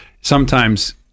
sometimes-